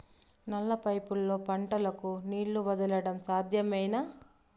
నల్ల పైపుల్లో పంటలకు నీళ్లు వదలడం సాధ్యమేనా?